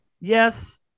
Yes